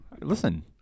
listen